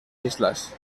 islas